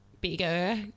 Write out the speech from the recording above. bigger